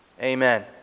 Amen